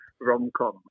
rom-com